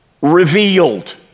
revealed